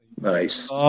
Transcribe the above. Nice